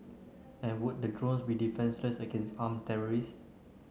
and would the drones be defenceless against armed terrorists